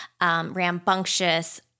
rambunctious